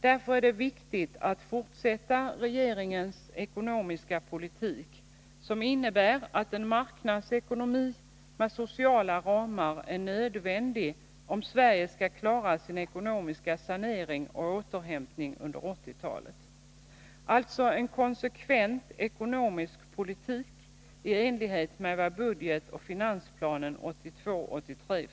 Därför är det viktigt att fortsätta regeringens ekonomiska politik, enligt vilken en marknadsekonomi med sociala ramar är nödvändig, om Sverige skall klara sin ekonomiska planering och återhämtning under 1980-talet. Vi behöver alltså en konsekvent ekonomisk politik i enlighet med vad som föreslås i budgetoch finansplanen för 1982/83.